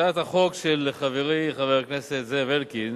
הצעת החוק של חברי חבר הכנסת זאב אלקין